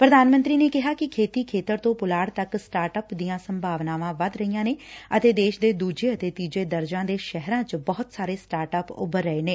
ਪ੍ਰਧਾਨ ਮੰਤਰੀ ਨੇ ਕਿਹਾ ਕਿ ਖੇਤੀ ਖੇਤਰ ਤੋਂ ਪੁਲਾੜ ਤੱਕ ਸਟਾਰਟਪਸ ਦੀਆਂ ਸੰਭਾਵਨਾਵਾਂ ਵੱਧ ਰਹੀਆਂ ਨੇ ਅਤੇ ਦੇਸ਼ ਦੇ ਦੁਜੇ ਅਤੇ ਡੀਜੇ ਦਰਜੇ ਦੇ ਸ਼ਹਿਰਾ ਚ ਬਹੁਤ ਸਾਰੇ ਸਟਾਰਟ ਅਪ ਉੱਭਰ ਰਹੇ ਨੇ